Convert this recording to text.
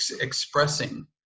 expressing